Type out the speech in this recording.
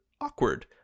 awkward